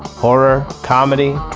horror, comedy,